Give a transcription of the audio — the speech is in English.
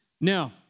Now